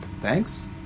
thanks